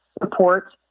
support